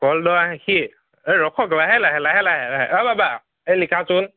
কল দহ আষি ৰখক লাহে লাহে লাহে লাহে লাহে অঁ বাবা এই লিখাচোন